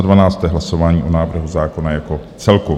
12. Hlasování o návrhu zákona jako celku.